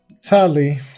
Sadly